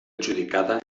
adjudicada